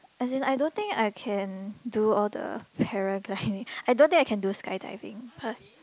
as in I don't think I can do all the paragliding I don't think I can do skydiving uh